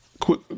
quick